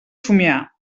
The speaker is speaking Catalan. somniar